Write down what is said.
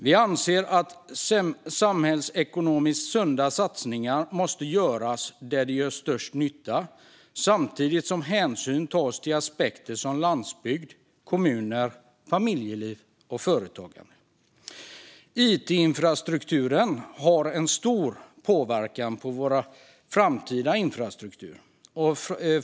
Vi anser att samhällsekonomiskt sunda satsningar måste göras där de gör störst nytta samtidigt som hänsyn tas till aspekter som landsbygd, kommuner, familjeliv och företagande. It-infrastrukturen har stor påverkan på vår framtida infrastruktur.